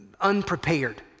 unprepared